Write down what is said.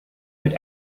mit